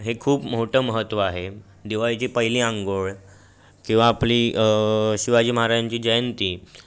हे खूप मोठं महत्व आहे दिवाळीची पहिली अंघोळ किंवा आपली शिवाजी महाराजांची जयंती